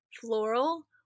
floral